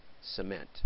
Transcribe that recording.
cement